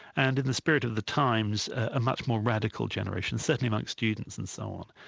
and in the spirit of the times a much more radical generation, certainly among students and so on.